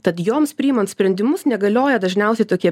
tad joms priimant sprendimus negalioja dažniausiai tokie